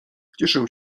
cieszę